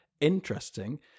interesting